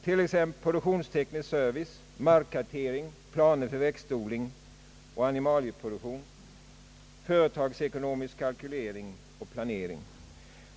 Det gäller sådant som produktionsteknisk service, markkartering, planer för växtodling och animalieproduktion, företagsekonomisk kalkylering och planering.